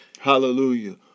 Hallelujah